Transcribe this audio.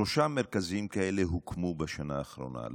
שלושה מרכזים כאלה הוקמו בשנה האחרונה.